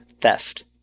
theft